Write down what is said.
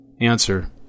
Answer